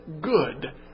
good